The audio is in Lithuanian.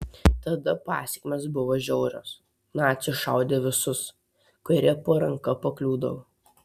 tada pasekmės buvo žiaurios naciai šaudė visus kurie po ranka pakliūdavo